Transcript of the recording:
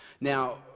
Now